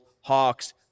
Hawks